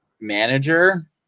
manager